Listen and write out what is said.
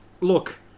Look